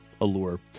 Allure